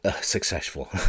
successful